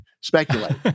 speculate